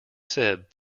said